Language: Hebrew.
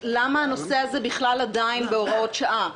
למה הנושא הזה בכלל עדיין בהוראות שעה?